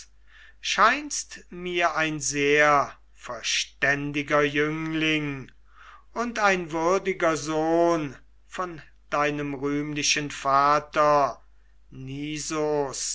scheinst mir ein sehr verständiger jüngling und ein würdiger sohn von deinem rühmlichen vater